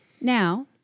Now